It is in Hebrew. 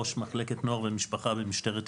ראש מחלקת נוער ומשפחה במשטרת ישראל.